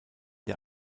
der